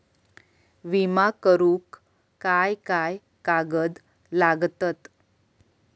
विमा करुक काय काय कागद लागतत?